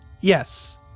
Yes